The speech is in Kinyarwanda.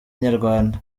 inyarwanda